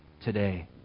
today